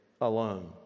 alone